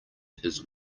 his